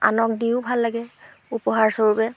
আনক দিও ভাল লাগে উপহাৰস্বৰূপে